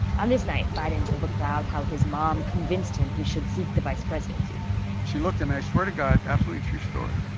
on this night, biden told the crowd how his mom convinced him he should seek the vice presidency she looked at me i swear to god absolutely true story.